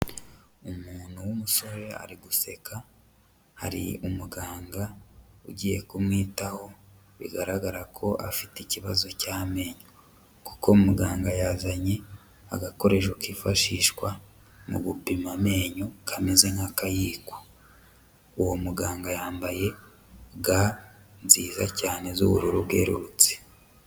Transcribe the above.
Umuntu w'umusore ari guseka, hari umuganga ugiye kumwitaho, bigaragara ko afite ikibazo cy'amenyo kuko muganga yazanye agakoresho kifashishwa mu gupima amenyo kameze nk'akayiko, uwo muganga yambaye ga nziza cyane z'ubururu bwerurutse.